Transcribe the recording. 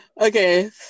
Okay